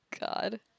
God